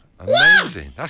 Amazing